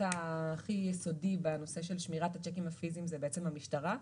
הכי יסודי בנושא של שמירת השיקים הפיזיים זה המשטרה,